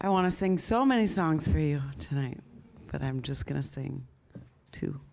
i want to sing so many songs for you tonight but i'm just going to sing to